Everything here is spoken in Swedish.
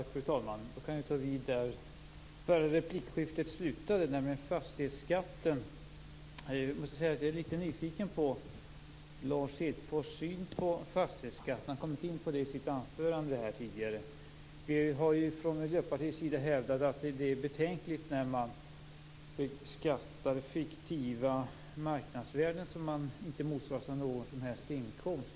Fru talman! Jag kan ta vid där det förra replikskiftet slutade, nämligen frågan om fastighetsskatten. Jag är litet nyfiken på Lars Hedfors syn på fastighetsskatten. Han kom inte in på det i sitt anförande tidigare. Vi har från Miljöpartiets sida hävdat att det är betänkligt när man beskattar fiktiva marknadsvärden som inte motsvaras av någon som helst inkomst.